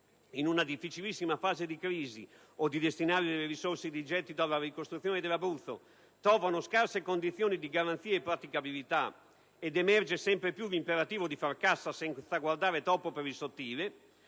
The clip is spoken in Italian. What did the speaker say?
in una difficilissima fase di crisi o di destinare le risorse di gettito alla ricostruzione dell'Abruzzo trovano scarse condizioni di garanzia e praticabilità, ed emerge sempre più l'imperativo di far cassa senza guardare troppo per il sottile,